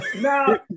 Now